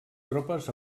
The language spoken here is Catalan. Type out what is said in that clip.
tropes